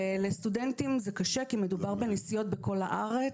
לסטודנטים זה קשה כי מדובר בנסיעות בכל הארץ.